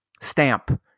stamp